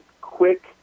quick